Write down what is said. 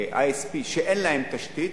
ISP שאין להן תשתית,